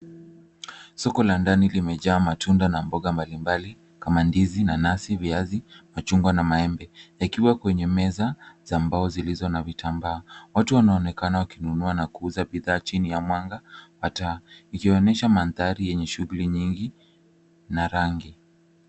Soko ka ndani limejaa matunda na mboga mbalimbali kama ndizi, nanasi, viazi , machungwa na maembe yakiwa kwenye meza za mbao zilizo na vitambaa. Watu wanaonekana wakinunua na kuuza bidhaa chini ya mwanga wa taa ikionyesha mandhari yenye shughuli nyingi na rangi.